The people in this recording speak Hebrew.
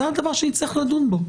זה הדבר שנצטרך לדון בו.